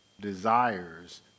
desires